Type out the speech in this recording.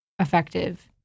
effective